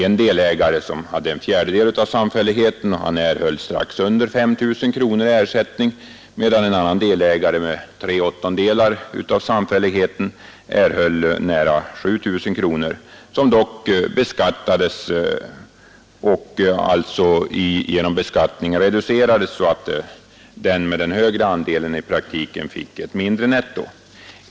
En delägare, som hade en fjärdedel av samfälligheten, erhöll strax under 5 000 kronor i ersättning medan en annan delägare med tre åttondelar av samfälligheten erhöll nära 7 000 kronor — som dock beskattades och alltså därigenom reducerades så att den som ägde den större andelen i praktiken fick ett mindre nettobelopp.